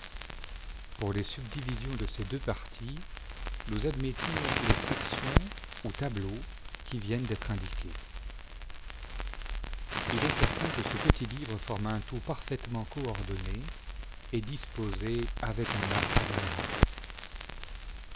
pour les subdivisions de ces deux parties nous admettons les sections ou tableaux qui viennent d'être indiqués il est certain que ce petit livre forme un tout parfaitement coordonné et disposé avec un art admirable